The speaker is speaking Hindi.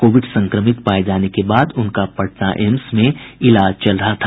कोविड संक्रमित पाये जाने के बाद उनका पटना एम्स में इलाज चल रहा था